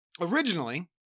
originally